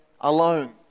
alone